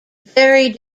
very